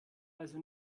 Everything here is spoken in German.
also